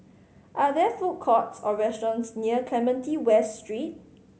are there food courts or restaurants near Clementi West Street